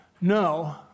No